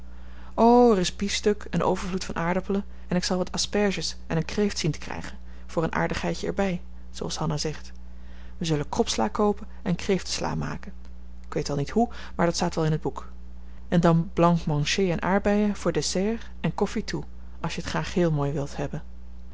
o er is biefstuk en overvloed van aardappelen en ik zal wat asperges en een kreeft zien te krijgen voor een aardigheidje er bij zooals hanna zegt we zullen kropsla koopen en kreeftensla maken ik weet wel niet hoe maar dat staat wel in het boek en dan blanc manger en aardbeien voor dessert en koffie toe als je t graag heel mooi wilt hebben